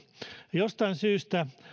jostain syystä